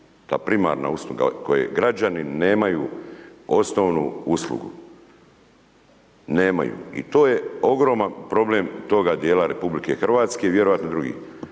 ta primarna usluga koje građani nemaju osnovnu uslugu, nemaju. I to je ogroman problem toga djela RH, vjerojatno i drugih,